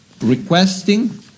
Requesting